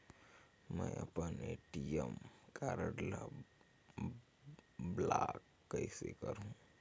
मै अपन ATM card ल ब्लाक कइसे करहूं?